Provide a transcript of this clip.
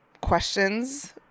questions